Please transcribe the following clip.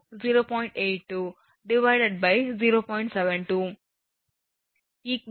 82 0